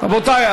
רבותי,